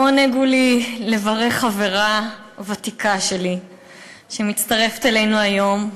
לעונג הוא לי לברך חברה ותיקה שלי שמצטרפת אלינו היום,